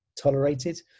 tolerated